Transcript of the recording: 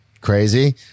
crazy